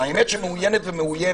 האמת היא שמאוינת ומאוימת.